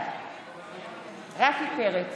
בעד רפי פרץ,